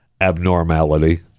abnormality